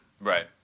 Right